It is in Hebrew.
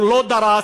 הוא לא דרס.